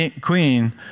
queen